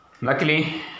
luckily